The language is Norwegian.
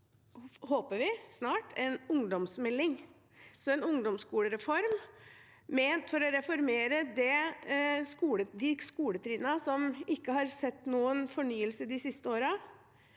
håper vi – en ungdomsmelding, så en ungdomsskolereform ment for å reformere de skoletrinnene som ikke har sett noen fornyelse de siste årene,